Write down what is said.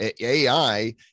AI